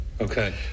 Okay